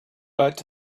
but